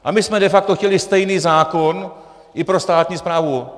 A my jsme de facto chtěli stejný zákon i pro státní správu.